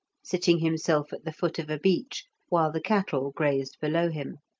sitting himself at the foot of a beech, while the cattle grazed below him.